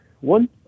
one